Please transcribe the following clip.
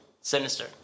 Sinister